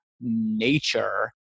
nature